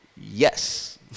yes